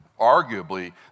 arguably